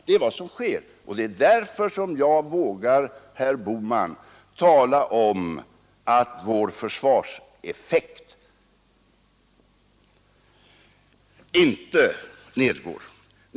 Det är därför som jag, herr Bohman, vågar hävda att vår försvarseffekt inte nedgår.